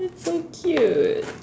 that's so cute